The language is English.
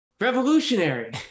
revolutionary